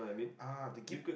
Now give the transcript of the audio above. ah the give